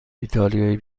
ایتالیایی